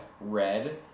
Red